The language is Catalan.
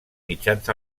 mitjans